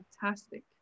fantastic